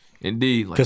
Indeed